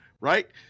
right